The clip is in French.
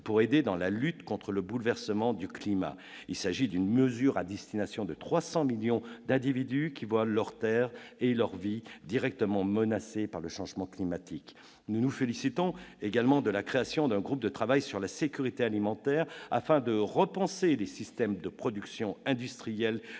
une aide dans la lutte contre le bouleversement du climat. Cette mesure s'adresse à 300 millions d'individus qui voient leurs terres et leurs vies directement menacées par le changement climatique. Nous nous félicitons également de la création d'un groupe de travail sur la sécurité alimentaire, en vue de repenser des systèmes industriels